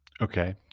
Okay